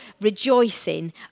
rejoicing